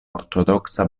ortodoksa